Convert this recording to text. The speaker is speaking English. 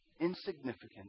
insignificant